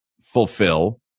fulfill